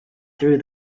through